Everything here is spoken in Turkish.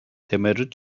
temerrüt